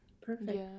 Perfect